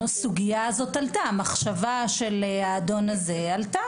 הסוגייה הזו עלתה בשנה שעברה,